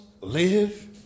live